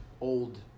old